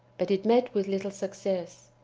but it met with little success.